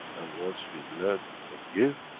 and once we learn we can give,